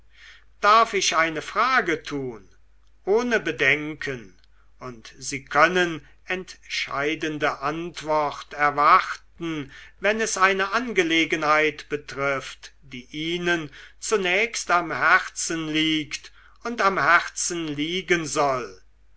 darf ich eine frage tun ohne bedenken und sie können entscheidende antwort erwarten wenn es eine angelegenheit betrifft die ihnen zunächst am herzen liegt und am herzen liegen soll